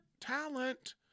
talent